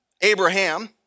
Abraham